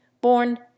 born